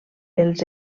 els